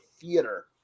theater